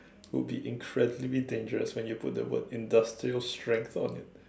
would be incredibly dangerous when you put the word industrial strength on it